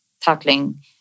tackling